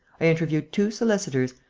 i interviewed two solicitors,